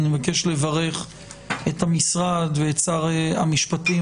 אני מבקש לברך את המשרד ואת שר המשפטים,